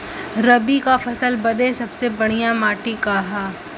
रबी क फसल बदे सबसे बढ़िया माटी का ह?